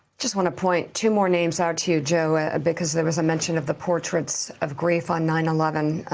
just want to point two more names out to you, joe, and because there was a mention of the portraits of grief on nine eleven.